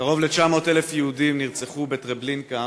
קרוב ל-900,000 יהודים נרצחו בטרבלינקה,